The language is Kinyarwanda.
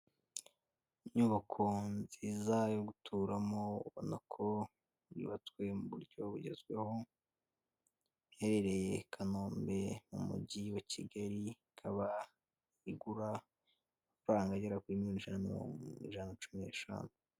Inyubako nziza yo guturamo, ubona ko yubatswe mu buryo bugezweho, iherereye I Kanombe, mu mugi wa Kigali, ikaba igura amafaranga agera kuri miliyoni ijana na cumi n'eshanu.